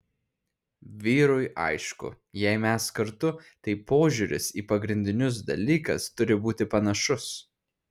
vyrui aišku jei mes kartu tai požiūris į pagrindinius dalykas turi būti panašus